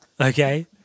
Okay